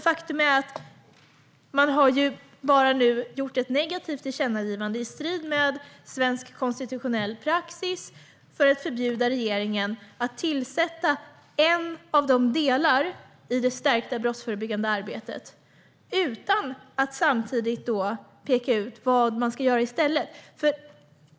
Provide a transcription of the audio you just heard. Faktum är att man nu har gjort ett negativt tillkännagivande i strid med svensk konstitutionell praxis för att förbjuda regeringen att tillsätta en av delarna i det stärkta brottsförebyggande arbetet utan att samtidigt peka ut vad man ska göra i stället.